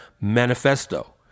manifesto